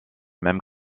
même